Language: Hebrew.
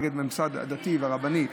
נגד הממסד הדתי והרבני.